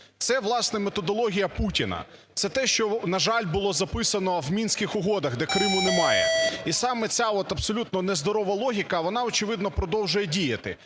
Це власне методологія Путіна, це те, що, на жаль, було записано в Мінських угодах, де Криму немає. І саме ця от абсолютно нездорова логіка, вона, очевидно, продовжує діяти.